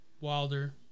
Wilder